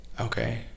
Okay